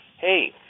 hey